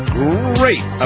great